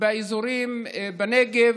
באזורים בנגב.